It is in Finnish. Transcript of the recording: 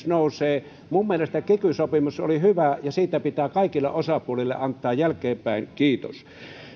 nousee minun mielestäni kiky sopimus oli hyvä ja siitä pitää kaikille osapuolille antaa jälkeenpäin kiitos